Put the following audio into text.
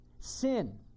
Sin